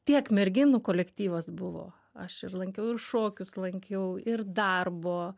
tiek merginų kolektyvas buvo aš ir lankiau ir šokius lankiau ir darbo